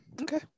Okay